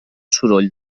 soroll